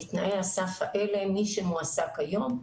בתנאי הסף האלה, מי שמועסק היום,